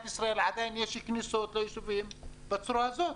ישראל עדיין יש כניסות ליישובים בצורה הזאת,